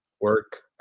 work